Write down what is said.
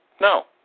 No